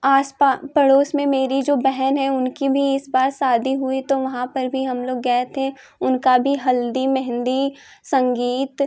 आप पा पड़ोस में मेरी जो बहन है उनकी भी इस बार शादी हुई तो वहाँ पर भी हम लोग गए थे उनका भी हल्दी मेहंदी संगीत